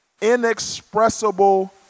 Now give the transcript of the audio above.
inexpressible